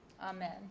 Amen